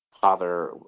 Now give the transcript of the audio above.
Father